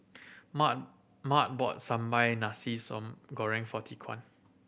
Mart Mart bought sambal nasi soon goreng for Tyquan